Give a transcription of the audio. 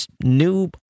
new